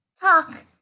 talk